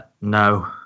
No